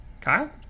Kyle